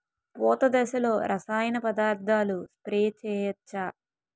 పూత దశలో రసాయన పదార్థాలు స్ప్రే చేయచ్చ?